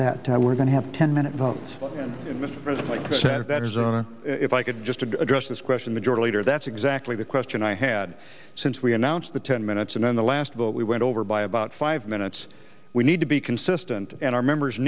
that we're going to have ten minute votes if i could just to address this question majority leader that's exactly the question i had since we announced the ten minutes and then the last vote we went over by about five minutes we need to be consistent in our members